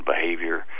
behavior